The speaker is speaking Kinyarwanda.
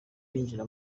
yinjira